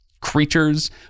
creatures